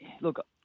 look